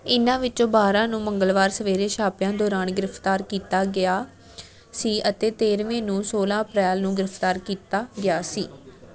ਇਨ੍ਹਾਂ ਵਿੱਚੋਂ ਬਾਰਾਂ ਨੂੰ ਮੰਗਲਵਾਰ ਸਵੇਰੇ ਛਾਪਿਆਂ ਦੌਰਾਨ ਗ੍ਰਿਫ਼ਤਾਰ ਕੀਤਾ ਗਿਆ ਸੀ ਅਤੇ ਤੇਰਵੇਂ ਨੂੰ ਸੌਲਾਂ ਅਪ੍ਰੈਲ ਨੂੰ ਗ੍ਰਿਫ਼ਤਾਰ ਕੀਤਾ ਗਿਆ ਸੀ